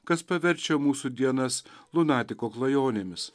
kas paverčia mūsų dienas lunatiko klajonėmis